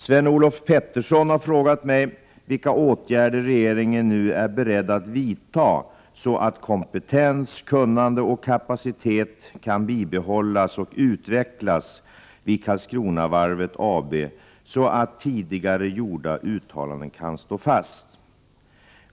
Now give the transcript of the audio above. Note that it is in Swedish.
Sven-Olof Petersson har frågat mig vilka åtgärder regeringen nu är beredd att vidta så att kompetens, kunnande och kapacitet kan bibehållas och utvecklas vid Karlskronavarvet AB så att tidigare gjorda uttalanden kan stå fast.